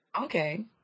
Okay